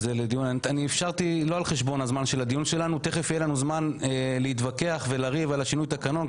תכף יהיה לנו זמן להתווכח ולריב על שינוי התקנון.